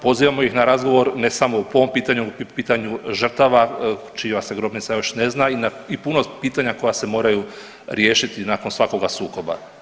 Pozivamo ih na razgovor, ne samo po ovom pitanju i pitanju žrtava čija se grobnica još ne zna i puno pitanja koja se moraju riješiti nakon svakoga sukoba.